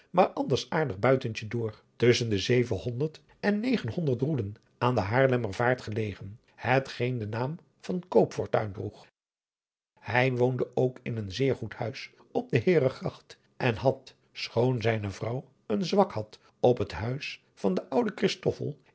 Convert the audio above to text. maar anders aardig buitentje door tusschen de zevenhonderd en negenhonderd roeden aan de haarlemmervaart gelegen hetgeen den naam van koopfortuin droeg hij woonde ook in een zeer goed huis op de heeregracht en had schoon zijne vrouw een zwak had op het huis van den ouden